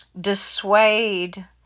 dissuade